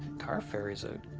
car ferry's a